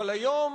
אבל היום,